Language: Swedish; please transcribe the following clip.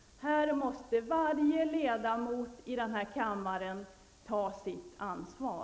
Varje ledamot i denna kammare måste ta sitt ansvar.